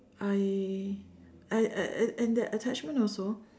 I I and and and that attachment also